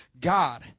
God